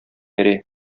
йөри